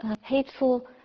hateful